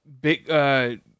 big